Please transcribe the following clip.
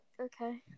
Okay